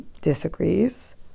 disagrees